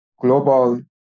global